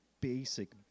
basic